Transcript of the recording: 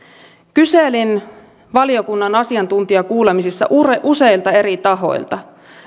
kyselin valiokunnan asiantuntijakuulemisissa useilta eri tahoilta